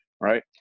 right